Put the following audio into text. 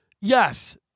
yes